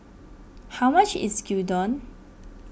how much is Gyudon